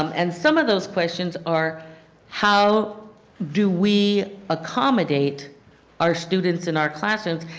um and some of those questions are how do we accommodate our students in our classrooms,